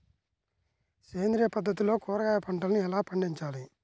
సేంద్రియ పద్ధతుల్లో కూరగాయ పంటలను ఎలా పండించాలి?